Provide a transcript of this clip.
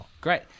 Great